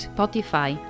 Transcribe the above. Spotify